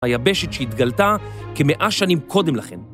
היבשת שהתגלתה כמאה שנים קודם לכן.